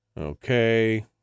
Okay